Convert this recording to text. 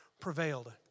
prevailed